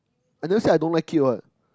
I never say I don't like it what